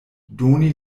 doni